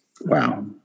Wow